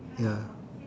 ya